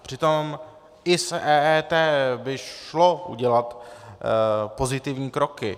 Přitom i s EET by šlo udělat pozitivní kroky.